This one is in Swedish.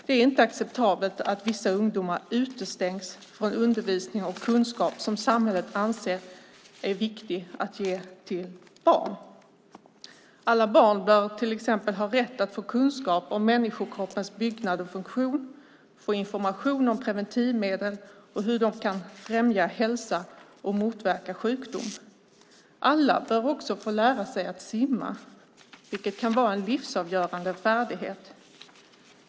Det är inte acceptabelt att vissa ungdomar utestängs från undervisning och kunskap som samhället anser är viktig att ge till barn. Alla barn bör till exempel ha rätt att få kunskap om människokroppens byggnad och funktion och att få information om preventivmedel och hur de kan främja hälsa och motverka sjukdom. Alla bör också få lära sig att simma, vilket kan vara en livsavgörande färdighet.